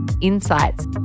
insights